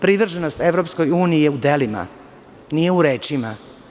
Privrženost EU je u delima, nije u rečima.